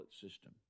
system